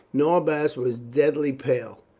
norbanus was deadly pale,